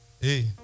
Hey